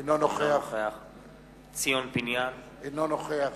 אינו נוכח ציון פיניאן, אינו נוכח